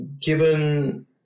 given